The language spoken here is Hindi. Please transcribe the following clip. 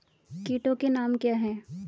कीटों के नाम क्या हैं?